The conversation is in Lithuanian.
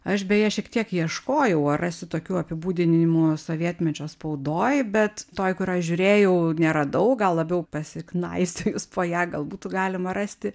aš beje šiek tiek ieškojau ar rasiu tokių apibūdinimų sovietmečio spaudoje bet toj kurioj žiūrėjau neradau gal labiau pasiknaisiojus po ją gal būtų galima rasti